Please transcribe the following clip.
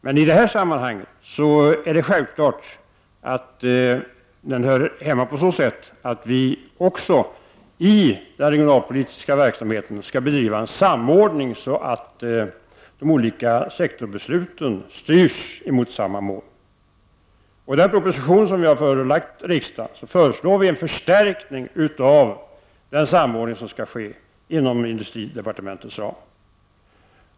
Men i det här sammanhanget gäller det hur vi skall få till stånd en samordning i den regionalpolitiska verksamheten så att de olika sektorsbesluten styrs mot samma mål. I den proposition som vi har förelagt riksdagen föreslår vi en förstärkning av den samordning som skall ske inom industridepartementets ram.